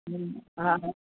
हा